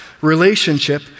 relationship